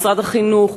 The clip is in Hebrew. משרד החינוך.